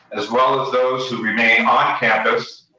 as well as those who remain on campus,